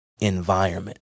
environment